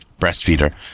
breastfeeder